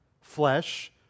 Flesh